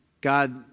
God